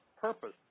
purpose